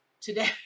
today